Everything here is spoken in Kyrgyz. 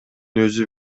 өзү